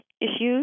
issues